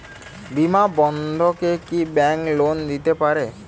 বিনা বন্ধকে কি bank loan দিতে পারে?